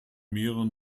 mehreren